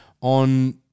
on